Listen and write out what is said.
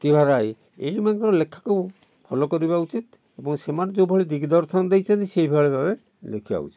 ପ୍ରତିଭା ରାୟ ଏହିମାନଙ୍କ ଲେଖାକୁ ଫଲୋ କରିବା ଉଚିତ ଏବଂ ସେମାନେ ଯେଉଁଭଳି ଦିଗଦର୍ଶନ ଦେଇଛନ୍ତି ସେହିଭଳି ଭାବରେ ଲେଖିବା ଉଚିତ